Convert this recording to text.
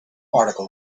article